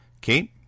Kate